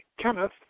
Kenneth